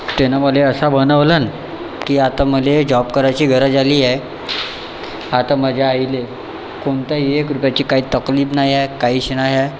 त्याने मला असं बनवलंन की आता मला जॉब करायची गरज आली आहे आता माझ्या आईला कोणत्याही एक रुपयाची काही तकलीफ नाही आहे काहीच नाही आहे